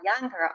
younger